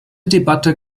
debatte